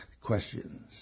questions